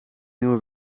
nieuwe